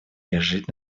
лежит